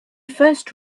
first